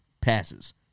passes